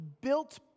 built